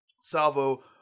salvo